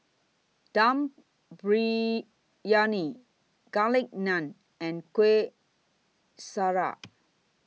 Dum Briyani Garlic Naan and Kueh Syara